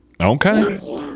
Okay